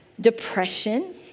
depression